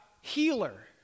Healer